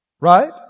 Right